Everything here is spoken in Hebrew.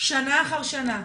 שנה אחר שנה,